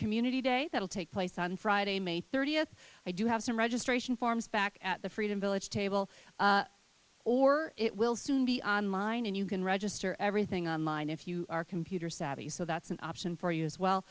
community day that will take place on friday may thirtieth i do have some registration forms back at the freedom village table or it will soon be on line and you can register everything on line if you are computer savvy so that's an option for you as well